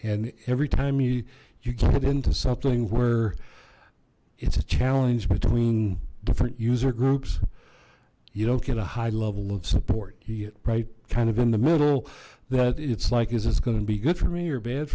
and every time you you get into something where it's a challenge between different user groups you don't get a high level of support you get right kind of in the middle that it's like is this going to be good for me or bad